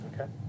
Okay